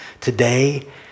today